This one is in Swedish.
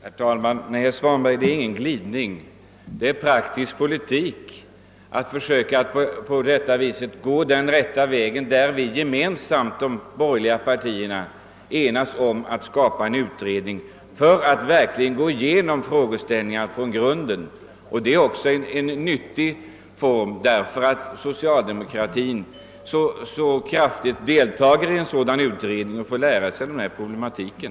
Herr talman! Nej, herr Svanberg, det är inte någon glidning utan praktisk politik när de borgerliga partierna gemensamt har velat få till stånd en utredning i syfte att verkligen gå igenom frågeställningarna från grunden. Det är också nyttigt att socialdemokraterna ordentligt deltar i en sådan utredning och får lära sig den här problematiken.